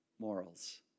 Morals